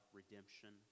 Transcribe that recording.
redemption